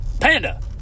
Panda